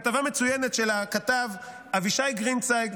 כתבה מצוינת של הכתב אבישי גרינצייג,